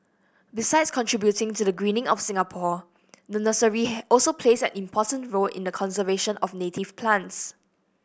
besides contributing to the greening of Singapore the nursery also plays an important role in the conservation of native plants